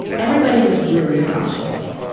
everybody was really cautious.